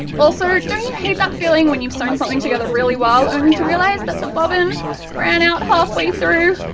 also, don't you hate that feeling when you've sewn something together really well only to realise that the bobbin ran out half way through?